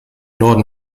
norden